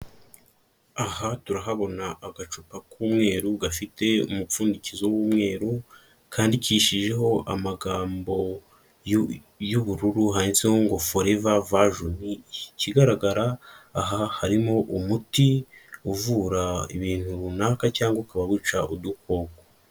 Aha turahabona agacupa k'umweru gafite umupfundikizo w'umweru; kandikishijeho amagambo y'ubururu; hatseho ngo forever vision; ikigaragara aha harimo umuti uvura ibintu runaka cyangwa ukaba wica udukoko.